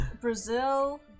Brazil